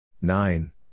Nine